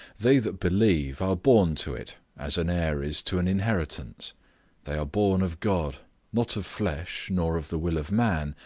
they that believe are born to it, as an heir is to an inheritance they are born of god not of flesh, nor of the will of man,